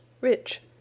rich